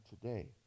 today